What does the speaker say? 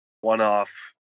one-off